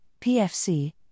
PFC